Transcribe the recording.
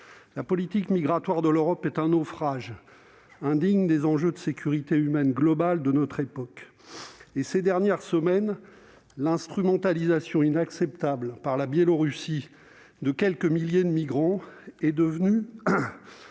La politique migratoire de l'Europe est un naufrage, indigne des enjeux de sécurité humaine globale qui sont ceux de notre époque. Ces dernières semaines, l'instrumentalisation inacceptable par la Biélorussie de quelques milliers de migrants est devenue